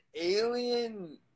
alien